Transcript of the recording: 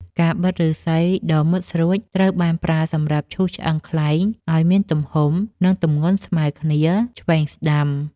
កាំបិតបិតឫស្សីដ៏មុតស្រួច ត្រូវបានប្រើសម្រាប់ឈូសឆ្អឹងខ្លែងឱ្យមានទំហំ និងទម្ងន់ស្មើគ្នាឆ្វេងស្ដាំ។